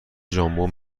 ژامبون